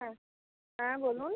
হ্যাঁ হ্যাঁ বলুন